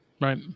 Right